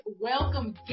Welcome